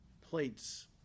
plates